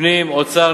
הפנים והאוצר,